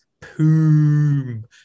Poom